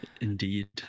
Indeed